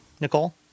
Nicole